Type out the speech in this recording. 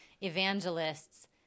evangelists